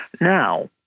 Now